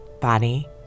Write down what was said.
body